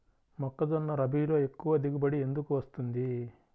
మొక్కజొన్న రబీలో ఎక్కువ దిగుబడి ఎందుకు వస్తుంది?